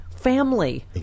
Family